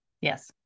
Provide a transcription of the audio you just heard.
Yes